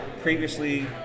previously